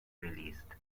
released